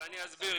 אני אסביר.